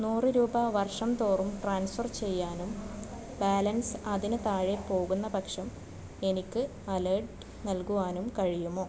നൂറ് രൂപ വർഷം തോറും ട്രാൻസ്ഫർ ചെയ്യാനും ബാലൻസ് അതിന് താഴെ പോകുന്ന പക്ഷം എനിക്ക് അലേർട്ട് നൽകുവാനും കഴിയുമോ